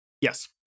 Yes